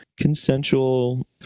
consensual